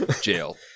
jail